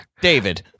David